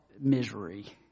misery